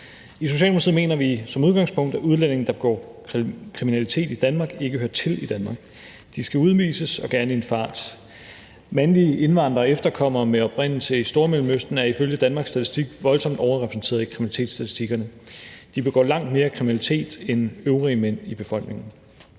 I Socialdemokratiet mener vi som udgangspunkt, at udlændinge, der begår kriminalitet i Danmark, ikke hører til i Danmark. De skal udvises, og gerne i en fart. Mandlige indvandrere og efterkommere med oprindelse i Stormellemøsten er ifølge Danmarks Statistik voldsomt overrepræsenteret i kriminalitetsstatistikkerne; de begår langt mere kriminalitet end øvrige mænd i befolkningen.